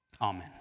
Amen